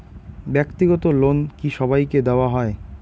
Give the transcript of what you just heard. ব্যাক্তিগত লোন কি সবাইকে দেওয়া হয়?